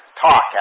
talk